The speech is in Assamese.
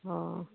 অঁ